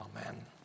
Amen